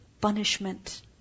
punishment